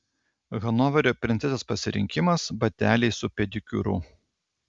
hanoverio princesės pasirinkimas bateliai su pedikiūru